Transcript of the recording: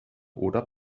oder